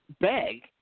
Beg